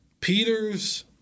Peters